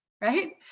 Right